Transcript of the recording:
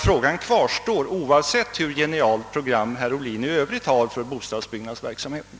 Frågan kvarstår alltså, hur genialt program herr Ohlin i övrigt än har för bostadsbyggnadsverksamheten.